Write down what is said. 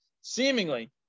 seemingly